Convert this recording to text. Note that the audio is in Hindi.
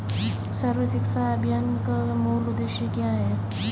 सर्व शिक्षा अभियान का मूल उद्देश्य क्या है?